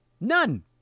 None